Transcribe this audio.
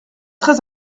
très